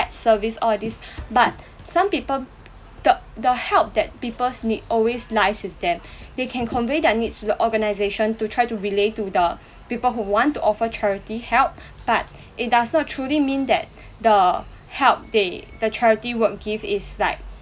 service all these but some people the the help that people's need always lies with them they can convey their needs to the organisation to try to relay to the people who want to offer charity help but it does not truly mean that the help they the charity work give is like